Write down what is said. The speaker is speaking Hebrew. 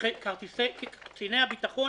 קציני הביטחון